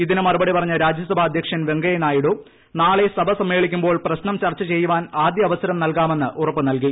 ഇതിന് മറുപടി പറഞ്ഞ രാജ്യസഭാ അധ്യക്ഷൻ വെങ്കയ്യനായിഡു നാളെ സഭ സമ്മേളിക്കുമ്പോൾ പ്രശ്നം ചർച്ച ചെയ്യാൻ ആദ്യ അവസരം നൽകാമെന്ന് ഉറപ്പ് നൽകി